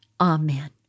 Amen